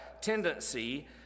tendency